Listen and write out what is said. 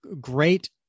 great